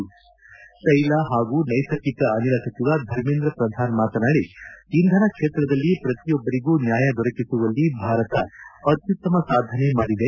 ತ್ಟೆಲ ಹಾಗೂ ನೈಸರ್ಗಿಕ ಅನಿಲ ಸಚಿವ ಧರ್ಮೇಂದ್ರ ಪ್ರದಾನ್ ಮಾತನಾಡಿ ಇಂಧನ ಕ್ಷೇತ್ರದಲ್ಲಿ ಪ್ರತಿಯೊಬ್ಬರಿಗೂ ನ್ಯಾಯ ದೊರಕಿಸುವಲ್ಲಿ ಭಾರತ ಅಶ್ಮುತ್ತಮ ಸಾಧನೆ ಮಾಡಿದೆ